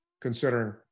considering